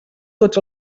tots